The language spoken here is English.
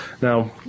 Now